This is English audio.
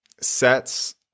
sets